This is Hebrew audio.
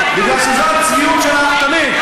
כי זו הצביעות שלך תמיד.